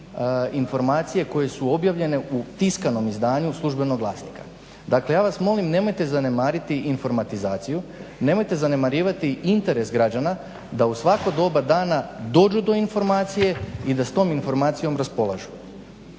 informacije koje su objavljene u tiskanom izdanju službenog glasnika. Dakle ja vas molim nemojte zanemariti informatizaciju, nemojte zanemarivati interes građana da u svako doba dana dođu do informacije i da s tom informacijom raspolažu.